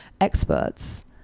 experts